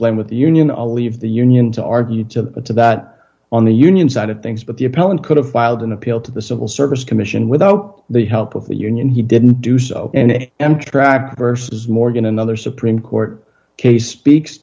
blame with the union the leave the union to argue to the to that on the union side of things but the appellant could have filed an appeal to the civil service commission without the help of the union he didn't do so and amtrak vs morgan another supreme court case speaks